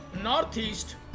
Northeast